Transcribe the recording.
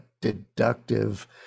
deductive